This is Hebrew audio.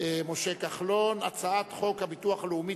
משה כחלון, הצעת חוק הביטוח הלאומי